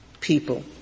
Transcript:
people